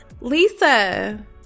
Lisa